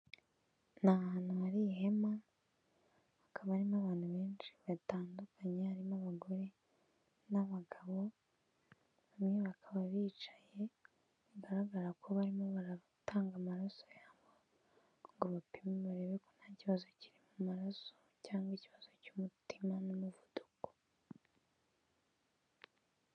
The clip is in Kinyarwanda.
Ni hantu hari ihema hakaba harimo abantu benshi batandukanye, harimo abagore n'abagabo bamwe bakaba bicaye, bigaragara ko barimo baratanga amaraso yabo ngo bapime barebe ko nta kibazo kiri mu maraso cyangwa ikibazo cy'umutima n'umuvuduko.